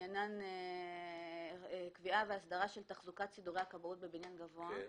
שעניינן קביעה והסדרה של תחזוקת סידורי הכבאות בבניין גבוה.